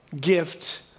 gift